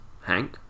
Hank